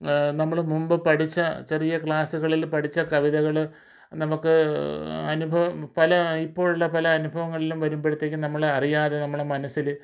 നമ്മൾ മുമ്പ് പഠിച്ച ചെറിയ ക്ലാസ്സുകളിൽ പഠിച്ച കവിതകൾ നമുക്ക് അനുഭവം പല ഇപ്പോഴുള്ള പല അനുഭവങ്ങളിലും വരുമ്പോഴത്തേക്കും നമ്മൾ അറിയാതെ നമ്മുടെ മനസ്സിൽ